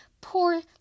poor